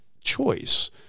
choice